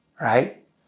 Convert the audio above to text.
right